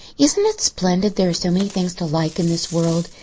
isn't it splendid there are so many things to like in this world?